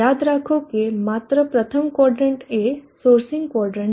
યાદ રાખો કે માત્ર પ્રથમ ક્વોદરન્ટ એ સોર્સિંગ ક્વોદરન્ટ છે